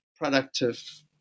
productive